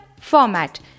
Format